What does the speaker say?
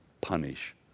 punish